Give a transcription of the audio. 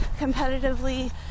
competitively